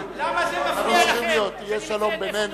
למה זה מפריע לכם שאני מציין איפה נולדתם?